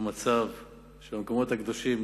המצב של המקומות הקדושים,